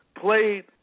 played